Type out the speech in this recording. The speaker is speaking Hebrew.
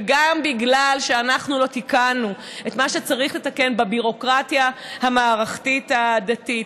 וגם בגלל שאנחנו לא תיקנו את מה שצריך לתקן בביורוקרטיה המערכתית הדתית.